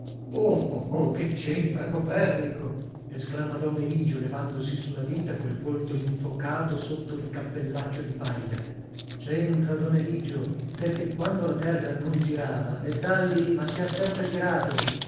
oh che centra copernico esclama don eligio levandosi su la vita col volto infocato sotto il cappellaccio di paglia centra don eligio perché quando la terra non girava e dàlli ma se ha sempre girato